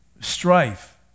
strife